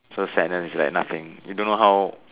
so sadness is like nothing you don't know how